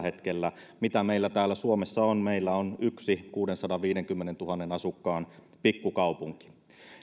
hetkellä mitä meillä täällä suomessa on meillä on yksi kuuteensataanviiteenkymmeneentuhanteen asukkaan pikkukaupunki